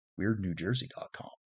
weirdnewjersey.com